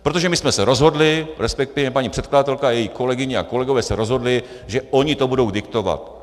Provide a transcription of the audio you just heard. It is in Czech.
Protože my jsme se rozhodli, resp. paní předkladatelka a její kolegyně a kolegové se rozhodli, že oni to budou diktovat.